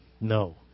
no